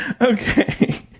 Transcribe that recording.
okay